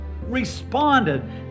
responded